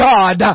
God